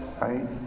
right